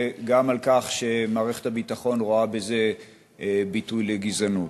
וגם על כך שמערכת הביטחון רואה בזה ביטוי לגזענות.